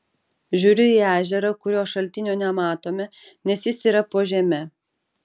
žiūriu į ežerą kurio šaltinio nematome nes jis yra po žeme